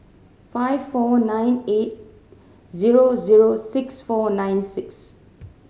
five four nine eight zero zero six four nine six